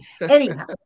anyhow